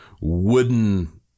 wooden